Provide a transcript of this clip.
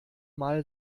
mal